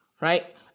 right